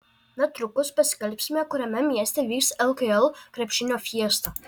netrukus paskelbsime kuriame mieste vyks lkl krepšinio fiesta